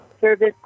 service